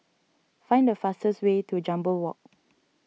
find the fastest way to Jambol Walk